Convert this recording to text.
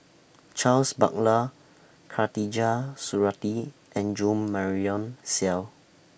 Charles Paglar Khatijah Surattee and Jo Marion Seow